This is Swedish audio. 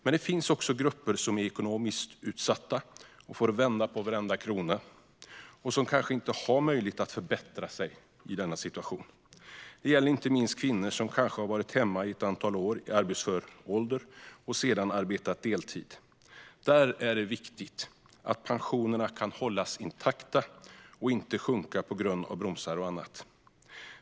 Men det finns också grupper som är ekonomiskt utsatta, som får vända på varenda krona och som kanske inte har möjlighet att förbättra situationen. Det gäller inte minst kvinnor som kanske har varit hemma i ett antal år i arbetsför ålder och som sedan arbetat deltid. Där är det viktigt att pensionerna kan hållas intakta och att de inte sjunker på grund av bromsar och annat.